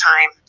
time